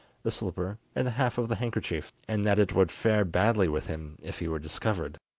the slipper and the half of the handkerchief, and that it would fare badly with him if he were discovered.